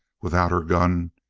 without her gun,